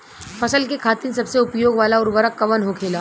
फसल के खातिन सबसे उपयोग वाला उर्वरक कवन होखेला?